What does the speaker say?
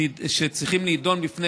מחזיקים אותם בתנאים לא תנאים,